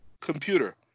Computer